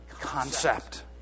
concept